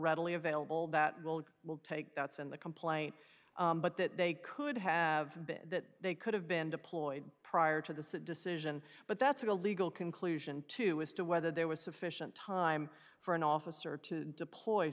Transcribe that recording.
readily available that will will take that's in the complaint but that they could have been that they could have been deployed prior to the decision but that's a legal conclusion too as to whether there was sufficient time for an officer to deploy